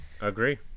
Agree